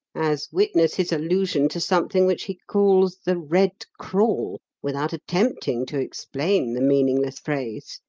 as witness his allusion to something which he calls the red crawl without attempting to explain the meaningless phrase.